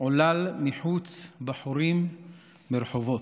עולל מחוץ בחורים מרחבות",